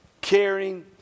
caring